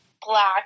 Black